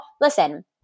listen